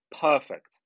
perfect